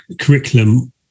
curriculum